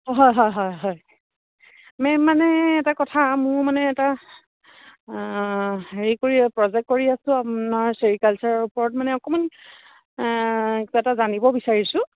হয় হয় হয় হয় মেম মানে এটা কথা মোৰ মানে এটা হেৰি কৰি আছোঁ প্ৰজেক্ট কৰি আছোঁ আপোনাৰ ছেৰিকালচাৰৰ ওপৰত মানে অকণমান কিবা এটা জানিব বিচাৰিছোঁ